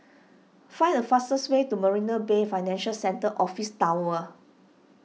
find the fastest way to Marina Bay Financial Centre Office Tower